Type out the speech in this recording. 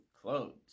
clothes